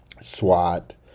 SWAT